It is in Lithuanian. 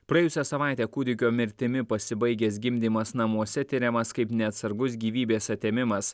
praėjusią savaitę kūdikio mirtimi pasibaigęs gimdymas namuose tiriamas kaip neatsargus gyvybės atėmimas